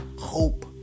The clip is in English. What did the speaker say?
hope